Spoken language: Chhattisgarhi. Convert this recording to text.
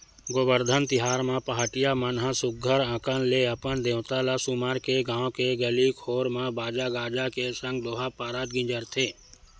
गोबरधन तिहार म पहाटिया मन ह सुग्घर अंकन ले अपन देवता ल सुमर के गाँव के गली घोर म बाजा गाजा के संग दोहा पारत गिंजरथे